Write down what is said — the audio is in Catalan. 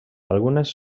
algunes